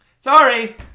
Sorry